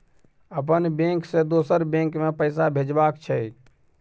अपन बैंक से दोसर बैंक मे पैसा भेजबाक छै?